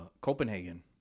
Copenhagen